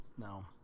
No